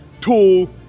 tall